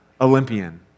Olympian